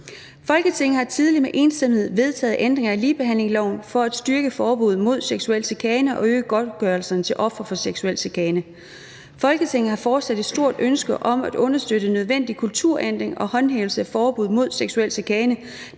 »Folketinget har tidligere med enstemmighed vedtaget ændringer af ligebehandlingsloven for at styrke forbuddet mod seksuel chikane og øge godtgørelserne til ofre for seksuel chikane. Folketinget har fortsat et stort ønske om at understøtte den nødvendige kulturændring og håndhævelsen af forbuddet mod seksuel chikane,